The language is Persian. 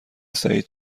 سعید